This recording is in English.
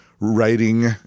writing